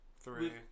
three